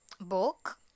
book